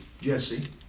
Jesse